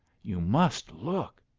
you must look!